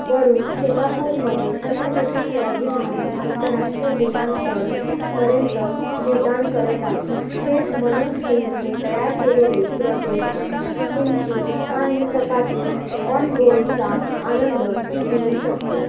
वरून सिंगापूरमध्ये छत्रपती शिवाजी महाराज आंतरराष्ट्रीय विमानतळ पर्यंत उड्डाण करत आहे शेफ मनोष सिंगने तयार केलेले प्रोटिन किमची आणि चपाती ऑनबोर्डचा आनंद ती घेऊ शकते